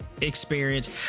experience